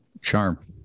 Charm